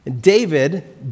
David